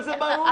אבל זה ברור.